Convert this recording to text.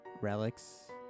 relics